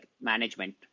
management